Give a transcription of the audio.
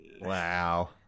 Wow